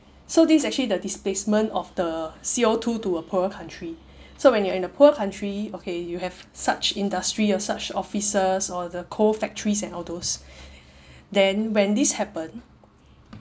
so this is actually the displacement of the C_O two to a poorer country so when you're in a poor country okay you have such industry or such offices or the co-factories and all those then when this happen